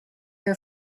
your